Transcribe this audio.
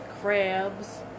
crabs